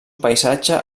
paisatge